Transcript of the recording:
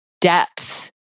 depth